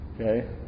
Okay